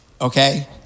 Okay